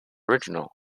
original